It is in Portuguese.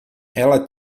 ela